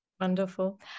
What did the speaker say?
Wonderful